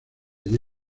allí